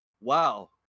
wow